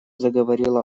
заговорила